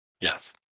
Yes